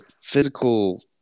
physical